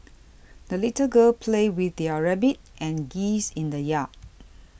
the little girl played with are rabbit and geese in the yard